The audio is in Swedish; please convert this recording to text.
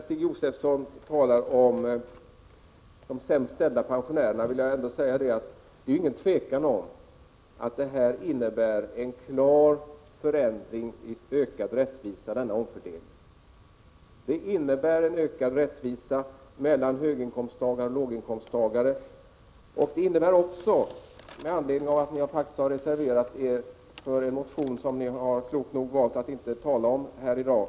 Stig Josefson talade om de sämst ställda pensionärerna, och jag vill då säga att det inte är något tvivel om att denna omfördelning innebär en klar förbättring mot en ökad rättvisa. Den innebär en ökad rättvisa mellan höginkomsttagare och låginkomsttagare. Ni har reserverat er för en motion, som ni klokt nog har valt att inte tala om här i dag.